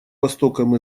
востоком